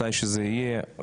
מתי שזה יהיה,